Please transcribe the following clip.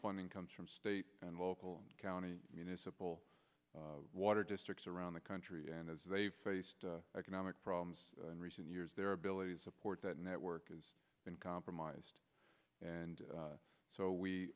funding comes from state and local county municipal water districts around the country and as they faced economic problems in recent years their ability support that network has been compromised and so we